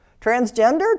Transgender